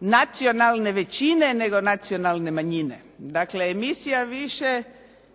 nacionalne većine, nego nacionalne manjine. Dakle, emisija više